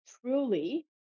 truly